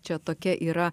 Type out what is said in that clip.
čia tokia yra